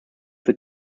für